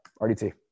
RDT